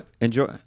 Enjoy